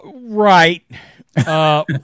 Right